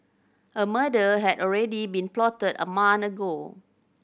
a murder had already been plotted a ago